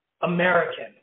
American